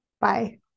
bye